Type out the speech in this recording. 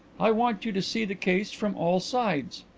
i want you to see the case from all sides.